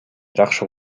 жакшы